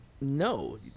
No